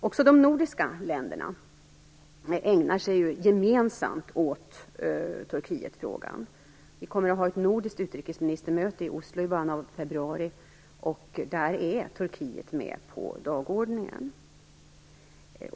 Också de nordiska länderna ägnar sig gemensamt åt Turkietfrågan. Vi kommer att ha ett nordiskt utrikesministermöte i Oslo i början av februari, och där är Turkiet med på dagordningen.